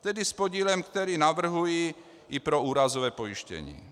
Tedy s podílem, který navrhuji i pro úrazové pojištění.